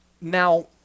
Now